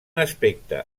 aspecte